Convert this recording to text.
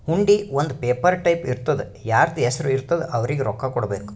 ಹುಂಡಿ ಒಂದ್ paper type ಇರ್ತುದಾ ಯಾರ್ದು ಹೆಸರು ಇರ್ತುದ್ ಅವ್ರಿಗ ರೊಕ್ಕಾ ಕೊಡ್ಬೇಕ್